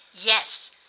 Yes